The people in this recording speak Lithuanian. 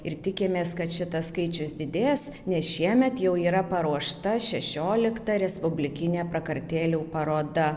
ir tikimės kad šitas skaičius didės nes šiemet jau yra paruošta šešiolikta respublikinė prakartėlių paroda